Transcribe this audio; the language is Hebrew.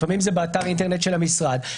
לפעמים זה באתר האינטרנט של המשרד,